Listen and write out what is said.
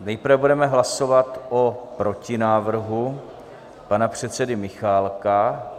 Nejprve budeme hlasovat o protinávrhu pana předsedy Michálka.